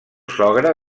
sogre